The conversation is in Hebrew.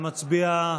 לא נתקבלה.